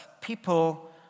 people